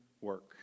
work